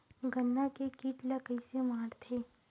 गन्ना के कीट ला कइसे मारथे?